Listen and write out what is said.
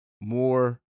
more